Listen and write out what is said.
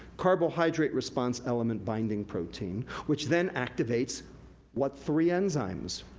carbohydrate response element binding protein, which then activates what three enzymes?